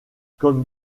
comme